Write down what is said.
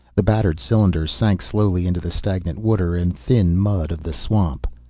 the battered cylinder sank slowly into the stagnant water and thin mud of the swamp.